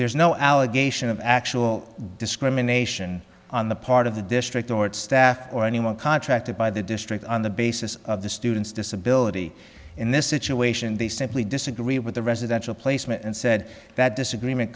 there's no allegation of actual discrimination on the part of the district or its staff or anyone contracted by the district on the basis of the student's disability in this situation they simply disagree with the residential placement and said that disagreement